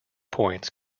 points